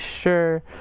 sure